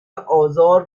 آزار